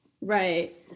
Right